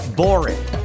boring